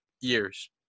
years